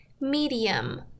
medium